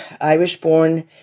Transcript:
Irish-born